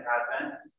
Advent